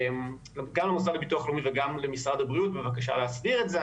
גם למוסד לביטוח לאומי וגם למשרד הבריאות בבקשה להסדיר את זה.